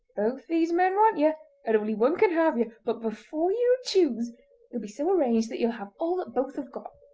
both these men want ye, and only one can have ye, but before ye choose it'll be so arranged that ye'll have all that both have got!